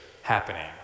happening